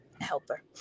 helper